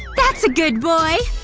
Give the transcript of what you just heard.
that's a good boy!